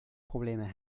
probleme